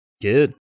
Good